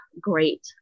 great